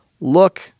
look